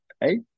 Hey